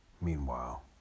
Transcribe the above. Meanwhile